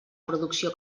producció